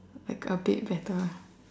like a bit better